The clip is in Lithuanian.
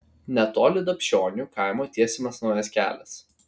netoli dapšionių kaimo tiesiamas naujas kelias